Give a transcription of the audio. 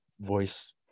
voice